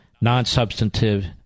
non-substantive